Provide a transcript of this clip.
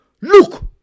Look